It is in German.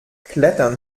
klettern